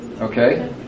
Okay